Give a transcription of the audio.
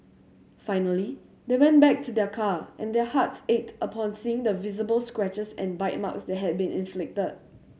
finally they went back to their car and their hearts ached upon seeing the visible scratches and bite marks that had been inflicted